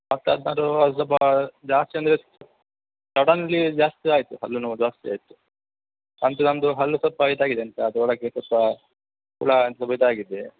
ಮತ್ತು ಅದು ಅದು ಸ್ವಲ್ಪ ಜಾಸ್ತಿ ಅಂದರೆ ಸಡನ್ಲಿ ಜಾಸ್ತಿ ಆಯಿತು ಹಲ್ಲು ನೋವು ಜಾಸ್ತಿ ಆಯಿತು ಅಂದರೆ ನಮ್ಮದು ಹಲ್ಲು ಸ್ವಲ್ಪ ಇದಾಗಿದೆ ಎಂತ ಅದ್ರ ಒಳಗೆ ಸ್ವಲ್ಪ ಹುಳ ಒಂದು ಸ್ವಲ್ಪ ಇದಾಗಿದೆ